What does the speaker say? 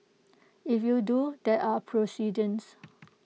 if you do there are precedents